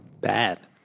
Bad